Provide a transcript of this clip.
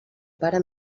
pare